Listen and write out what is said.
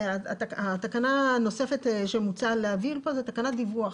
תקנה נוספת שמוצע להעביר פה זו תקנת דיווח.